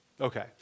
Okay